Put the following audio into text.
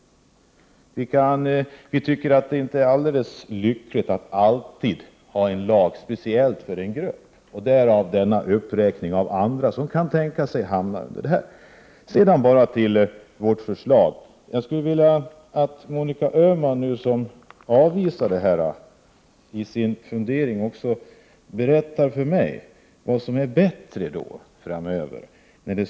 Vii vpk anser att det inte är alldeles lyckligt att införa en lag speciellt för en grupp, och det är därför vi har med en uppräkning av andra grupper som kan tänkas omfattas av en allmän inskolningsgaranti. Jag vill att Monica Öhman, som avvisar förslaget, också skall berätta för mig vad som skulle vara bättre.